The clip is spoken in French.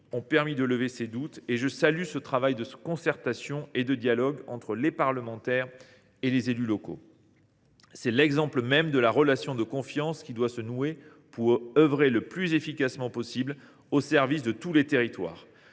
ont permis de lever ces doutes. J’en profite pour saluer le travail de concertation et le dialogue entre parlementaires et élus locaux. C’est l’exemple même de la relation de confiance qui doit se nouer pour œuvrer le plus efficacement possible au service de tous les territoires.